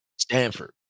Stanford